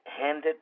handed